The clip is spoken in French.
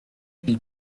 qu’il